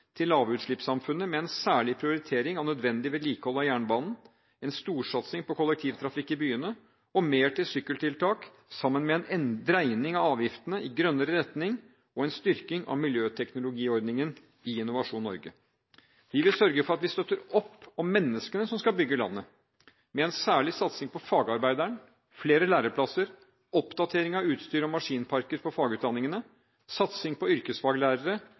til lavutslippssamfunnet, med en særlig prioritering av nødvendig vedlikehold av jernbanen, en storsatsing på kollektivtrafikk i byene og mer til sykkeltiltak, sammen med en dreining av avgiftene i grønnere retning og en styrking av miljøteknologiordningen i Innovasjon Norge. Vi vil sørge for at vi støtter opp om menneskene som skal bygge landet, med en særlig satsing på fagarbeideren, flere læreplasser, oppdatering av utstyr og maskinparker på fagutdanningene, satsing på yrkesfaglærere,